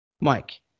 Mike